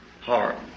heart